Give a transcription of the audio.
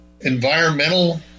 environmental